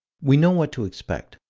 we know what to expect.